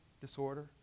disorder